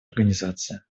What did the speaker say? организация